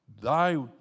Thy